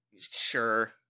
Sure